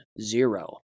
Zero